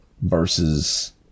versus